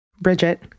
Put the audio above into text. Bridget